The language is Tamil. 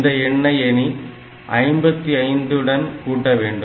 இந்த எண்ணை இனி 55 உடன் கூட்ட வேண்டும்